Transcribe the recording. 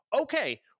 okay